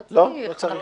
לא צריך.